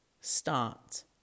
start